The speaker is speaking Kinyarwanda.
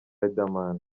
riderman